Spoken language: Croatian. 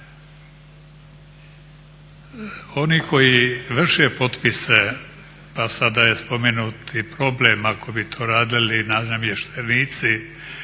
Oni koji vrše potpise a sada je spomenut i problem ako bi to radili …/Govornik